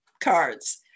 cards